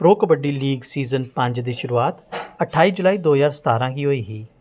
pro kabaddi league season पंज दी शुरुआत अठाई जुलाई दो ज्हार सतारां गी होई ही